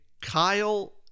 Kyle